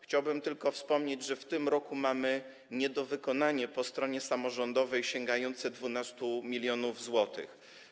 Chciałbym tylko wspomnieć, że w tym roku mamy niedowykonanie po stronie samorządowej sięgające 12 mln zł.